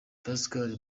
pascal